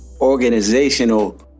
organizational